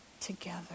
together